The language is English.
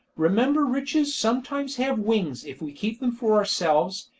remember riches sometimes have wings if we keep them for ourselves,